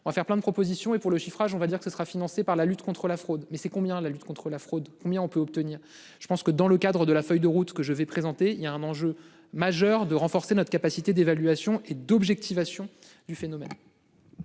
en fait plein de propositions et pour le chiffrage on va dire que ce sera financé par la lutte contre la fraude mais c'est combien la lutte contre la fraude, ou bien on peut obtenir. Je pense que dans le cadre de la feuille de route que je vais présenter il y a un enjeu majeur de renforcer notre capacité d'évaluation et d'objectivation du phénomène.--